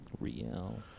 real